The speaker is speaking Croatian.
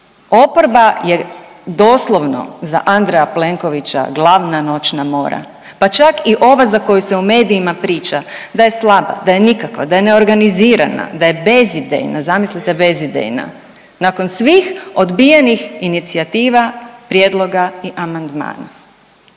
Oporba je doslovno za Andreja Plenkovića glavna noćna mora pa čak i ova za koju se u medijima priča da je slaba, da je nikakva, da je neorganizirana, da je bezidejna. Zamislite bezidejna nakon svih odbijenih inicijativa, prijedloga i amandmana.